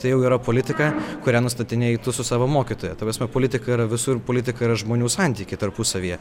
tai jau yra politika kurią nustatinėji su savo mokytoja ta prasme politika yra visur politika yra žmonių santykiai tarpusavyje